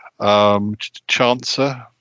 Chancer